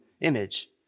image